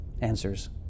answers